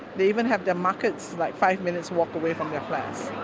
they even have the markets like five minutes walk away from their flats.